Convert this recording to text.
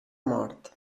mort